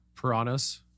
piranhas